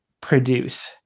produce